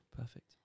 perfect